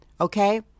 okay